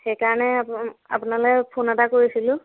সেইকাৰণে আপোনালৈ ফোন এটা কৰিছিলোঁ